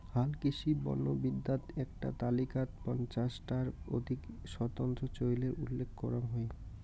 হালকৃষি বনবিদ্যাত এ্যাকটা তালিকাত পঞ্চাশ টার অধিক স্বতন্ত্র চইলের উল্লেখ করাং হই